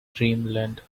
dreamland